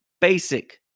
basic